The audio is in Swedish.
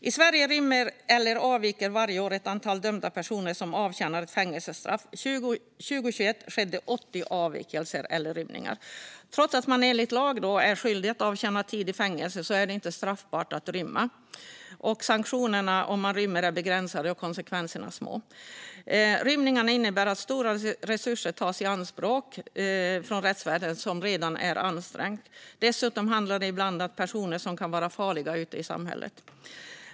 I Sverige rymmer eller avviker varje år ett antal dömda personer som avtjänar ett fängelsestraff. År 2021 skedde 80 avvikelser eller rymningar. Trots att man enligt lag är skyldig att avtjäna tid i fängelse är det inte straffbart att rymma. Sanktionerna om man rymmer är begränsade, och konsekvenserna är små. Rymningar innebär att stora resurser tas i anspråk från rättsväsendet, som redan är ansträngt. Dessutom handlar det ibland om personer som kan vara farliga ute i samhället.